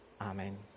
Amen